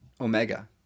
Omega